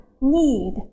need